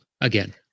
again